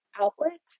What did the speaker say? outlet